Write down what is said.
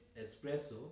Espresso